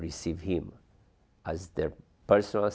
received him as their personal